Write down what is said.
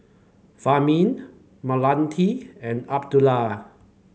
Fahmi Melati and Abdullah